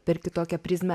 per kitokią prizmę